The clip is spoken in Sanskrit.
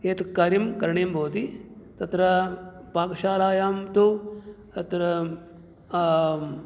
एतत् कार्यं करणीयं भवति तत्र पाकशालायान्तु अत्र